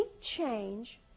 change